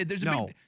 No